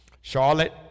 Charlotte